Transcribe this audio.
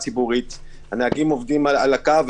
הנהגים עובדים על הקו.